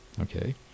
Okay